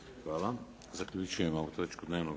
Hvala.